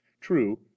True